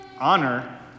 honor